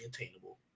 attainable